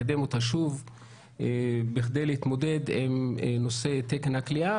לקדם אותה שוב בכדי להתמודד עם נושא תקן הכליאה